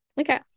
okay